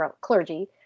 clergy